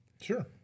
Sure